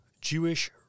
Jewish